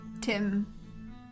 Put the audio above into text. Tim